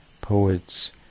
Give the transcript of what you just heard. poets